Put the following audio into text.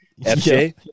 FJ